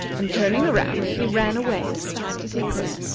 and turning around, he ran away as fast as he could.